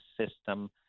system